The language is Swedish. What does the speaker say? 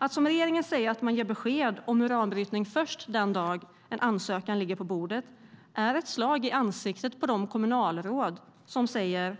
Att som regeringen säga att man ger besked om uranbrytning först den dag det kommer en ansökan är ett slag i ansiktet på de kommunalråd som säger att